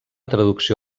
traducció